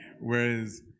Whereas